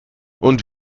und